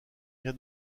rien